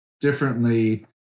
differently